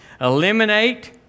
Eliminate